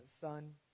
son